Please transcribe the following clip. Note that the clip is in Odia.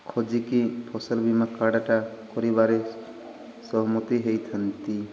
ଖୋଜିକି ଫସଲ ବୀମା କାର୍ଡ଼ଟା କରିବାରେ ସହମତି ହେଇଥାନ୍ତି